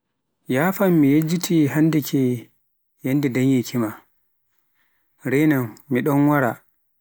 Yafan mi yejjitii hannde ke yannde danyeki ma, reenan, mi ɗon waara joni,